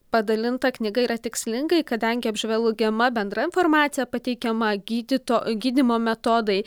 padalinta knyga yra tikslingai kadangi apžvelgiama bendra informacija pateikiama gydyto gydymo metodai